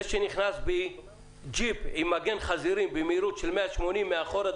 זה שנכנס בי ג'יפ עם מגן חזירים במהירות של 180 מאחורה,